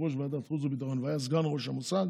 יושב-ראש ועדת חוץ וביטחון ושהיה סגן ראש המוסד